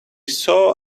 saw